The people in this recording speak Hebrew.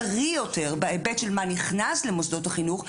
בריא יותר בהיבט של מה נכנס למוסדות החינוך,